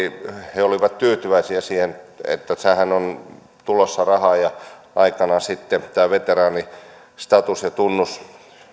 he olivat tyytyväisiä siihen että tähän on tulossa rahaa ja aikanaan sitten tämä veteraanistatus ja tunnus